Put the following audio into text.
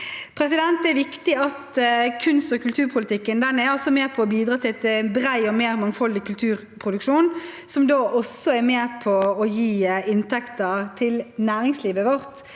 næring. Det er viktig at kunst- og kulturpolitikken er med på å bidra til en bred og mer mangfoldig kulturproduksjon, som da også er med på å gi inntekter til næringslivet vårt.